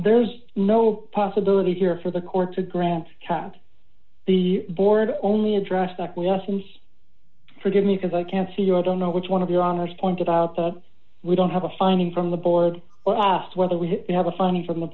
there's no possibility here for the court to grant kept the board only address stuck with us and forgive me because i can't see you i don't know which one of your honors pointed out the we don't have a finding from the board or asked whether we have a funny from the